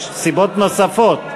יש סיבות נוספות.